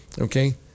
Okay